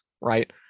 right